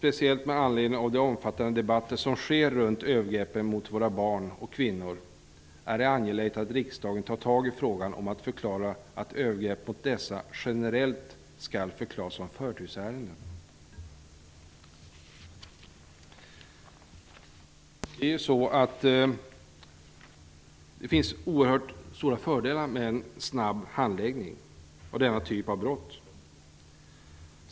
Med anledning av den omfattande debatten kring övergreppen mot våra barn och kvinnor är det angeläget att riksdagen tar tag i den frågan och förklarar att övergrepp mot dessa generellt skall förklaras som förtursärenden. Det finns oerhört stora fördelar med en snabb handläggning när det gäller denna typ av brott.